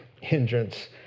hindrance